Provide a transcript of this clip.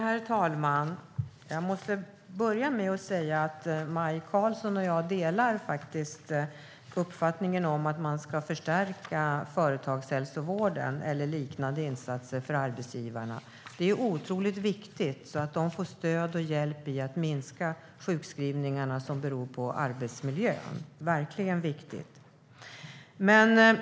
Herr talman! Jag måste börja med att säga att Maj Karlsson och jag delar uppfattningen att man ska förstärka företagshälsovården eller liknande insatser för arbetsgivarna. Det är otroligt viktigt, så att de får stöd och hjälp att minska sjukskrivningarna som beror på arbetsmiljön. Det är verkligen viktigt.